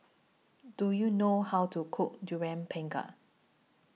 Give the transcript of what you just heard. Do YOU know How to Cook Durian Pengat